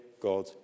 God